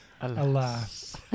Alas